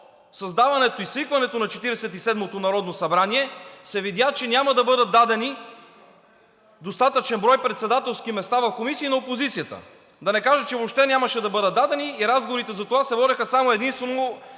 създаването и свикването на Четиридесет и седмото народно събрание се видя, че няма да бъдат дадени достатъчен брой председателски места в комисии на опозицията. Да не кажа, че въобще нямаше да бъдат дадени. Разговорите за това се водеха само и единствено